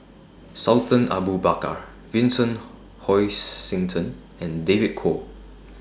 Sultan Abu Bakar Vincent Hoisington and David Kwo